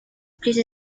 crisis